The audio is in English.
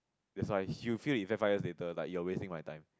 that's why she will feel the effect five years later like you are wasting my time